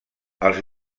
els